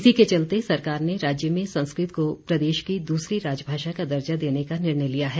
इसी के चलते सरकार ने राज्य में संस्कृत को प्रदेश की दूसरी राजभाषा का दर्जा देने का निर्णय लिया है